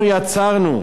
אנחנו יצרנו,